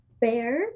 bear